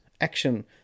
action